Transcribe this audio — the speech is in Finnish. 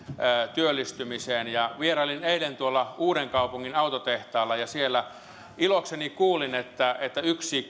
työllistymisen vierailin eilen uudenkaupungin autotehtaalla ja siellä ilokseni kuulin että että yksi